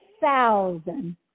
thousand